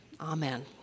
Amen